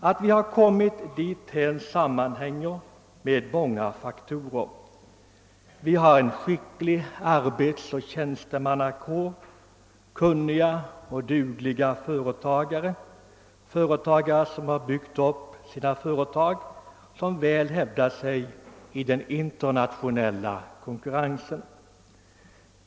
Att vi har kommit dithän beror på många faktorer: vi har en skicklig arbetaroch tjänstemannakår och vi har kunniga och dugliga företagare som byggt upp sina företag så att de väl hävdar sig i den internationella konkurrensen.